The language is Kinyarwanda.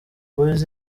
boyz